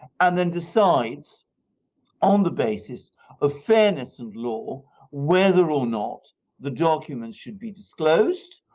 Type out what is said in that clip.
and then decides on the basis of fairness of law whether or not the documents should be disclosed,